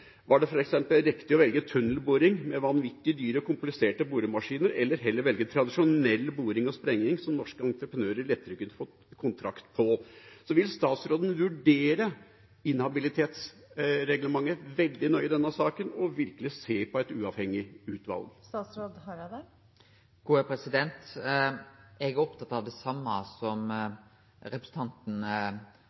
Var det f.eks. riktig å velge tunnelboring med vanvittig dyre og kompliserte boremaskiner, heller enn å velge tradisjonell boring og sprenging som norske entreprenører lettere kunne fått kontrakt på? Vil statsråden vurdere inhabilitetsreglementet veldig nøye i denne saken og virkelig se på et uavhengig utvalg? Eg er opptatt av det same som representanten